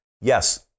yes